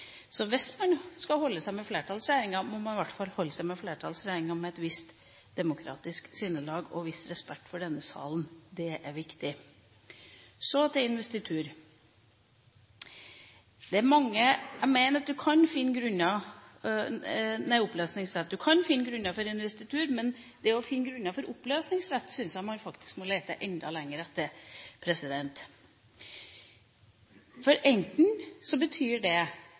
Hvis man skal holde seg med flertallsregjeringer, må man i hvert fall holde seg med flertallsregjeringer med et visst demokratisk sinnelag og en viss respekt for denne salen. Det er viktig. Så til oppløsningsrett. Jeg mener du kan finne grunner for investitur, men å finne grunner for oppløsningsrett syns jeg faktisk man må lete enda lenger etter. Enten betyr det at en regjering har mistillit til parlamentet, eller at politikere har mistillit til folket sitt. Jeg syns ikke noen av delene er veldig sjarmerende. Hvis det